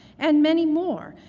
and many more,